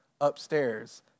upstairs